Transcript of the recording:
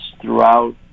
throughout